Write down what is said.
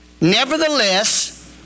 Nevertheless